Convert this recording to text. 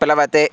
प्लवते